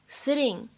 sitting